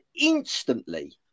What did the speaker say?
instantly